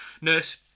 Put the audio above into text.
Nurse